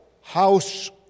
House